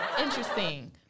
Interesting